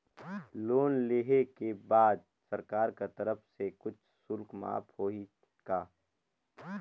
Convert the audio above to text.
Loan लेहे के बाद सरकार कर तरफ से कुछ शुल्क माफ होही का?